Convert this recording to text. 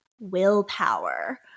willpower